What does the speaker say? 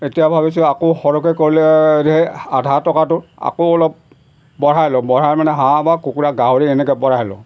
এতিয়া ভাবিছোঁ আকৌ সৰহকৈ কৰিলে সেই আধা টকাটো আকৌ অলপ বঢ়াই লওঁ বঢ়াই মানে হাঁহ বা কুকুৰা গাহৰি এনেকৈ বঢ়াই লওঁ